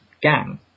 gang